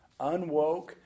unwoke